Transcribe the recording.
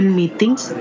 meetings